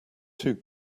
two